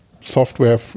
software